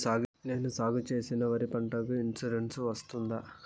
నేను సాగు చేసిన వరి పంటకు ఇన్సూరెన్సు వస్తుందా?